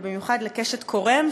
ובמיוחד לקשת קורם,